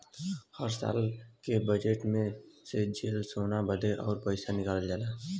हर साल के बजेट मे से जल सेना बदे अलग से पइसा निकालल जाला